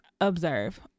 observe